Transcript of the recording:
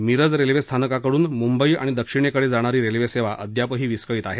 Miraj railway स्थानकाकडून मुंबई आणि दक्षिणकडे जाणारी रेल्वेसेवा अद्यापही विस्कळीत आहे